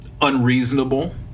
unreasonable